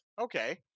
okay